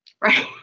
Right